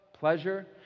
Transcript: Pleasure